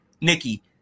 Nikki